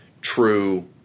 true